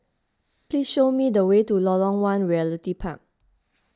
please show me the way to Lorong one Realty Park